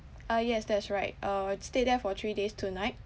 uh yes that's right uh stayed there for three days two night